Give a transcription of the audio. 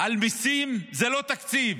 על מיסים זה לא תקציב.